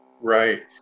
Right